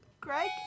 Greg